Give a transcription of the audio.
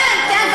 כן, כן.